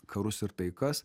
karus ir taikas